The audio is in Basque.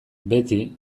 beti